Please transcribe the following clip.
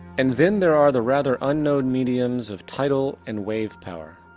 and then there are the rather unknown mediums of tidal and wave power.